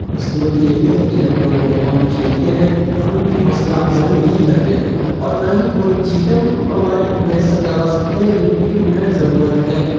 اس کی وجہ یہی ہے کہ جب ہمارے نوجوان کھیلتے ہیں تو ہم ان کی حوصلہ افزائی نہیں کرتے ہیں اور نہ ہی وہ چیزیں ان کو پرووائڈ میسر کروا سکتے ہیں جن کی انہیں ضرورت ہے